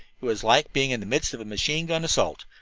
it was like being in the midst of a machine-gun assault.